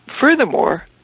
Furthermore